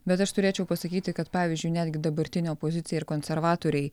bet aš turėčiau pasakyti kad pavyzdžiui netgi dabartinė opozicija ir konservatoriai